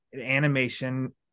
animation